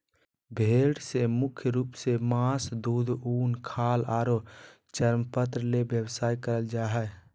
भेड़ से मुख्य रूप से मास, दूध, उन, खाल आरो चर्मपत्र ले व्यवसाय करल जा हई